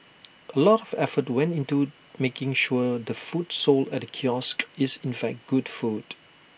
A lot of effort went into making sure the food sold at the kiosk is in fact good food